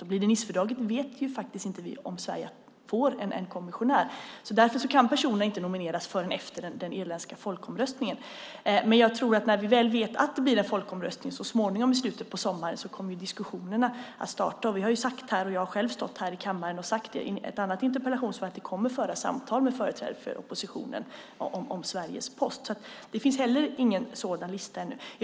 Om det blir Nicefördraget vet vi inte om Sverige får en kommissionär. Därför kan personerna inte nomineras förrän efter den irländska folkomröstningen. Men jag tror att när vi väl vet att det blir en folkomröstning så småningom i slutet av sommaren kommer diskussionerna att starta. Vi har sagt, och jag har själv stått här i kammaren i en annan interpellationsdebatt och sagt att det kommer att föras samtal med företrädare för oppositionen om Sveriges post. Men det finns inte någon sådan lista heller än.